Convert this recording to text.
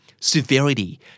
severity